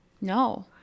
No